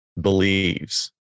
believes